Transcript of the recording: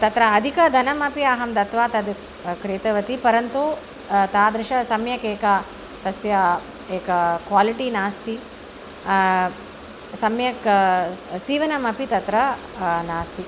तत्र अधिकं धनमपि अहं दत्वा तद् क्रीतवती परन्तु तादृशं सम्यक् एक तस्य एक क्वालिटि नास्ति सम्यक् स् सीवनम् अपि तत्र नास्ति